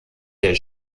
der